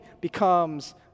becomes